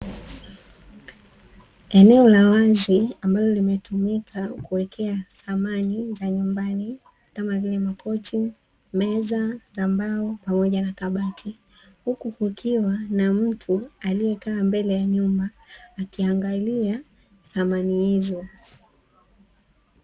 Eneo la wazi ambalo limetumika kuwekea samani za nyumbani kama vile makochi, meza za mbao pamoja na kabati huku kukiwa na mtu aliyekaa mbele ya nyumba akiangalia samani hizo.